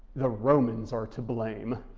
the romans are to blame.